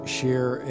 share